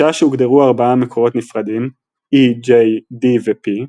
משעה שהוגדרו ארבעה מקורות נפרדים D, J, E ו-P,